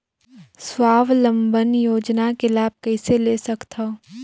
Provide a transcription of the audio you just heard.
स्वावलंबन योजना के लाभ कइसे ले सकथव?